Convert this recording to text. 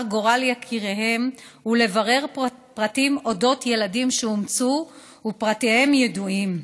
גורל יקיריהן ולברר פרטים על אודות ילדים שאומצו ופרטיהם ידועים,